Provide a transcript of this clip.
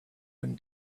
own